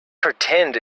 pretend